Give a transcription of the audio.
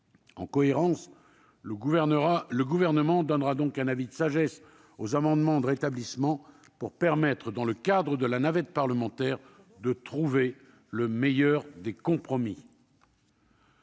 En cohérence, le Gouvernement émettra donc un avis de sagesse sur les amendements visant à rétablir cette disposition pour permettre, dans le cadre de la navette parlementaire, de trouver le meilleur des compromis.